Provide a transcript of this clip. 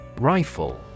Rifle